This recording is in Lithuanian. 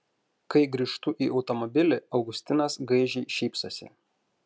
kai grįžtu į automobilį augustinas gaižiai šypsosi